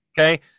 okay